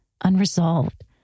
unresolved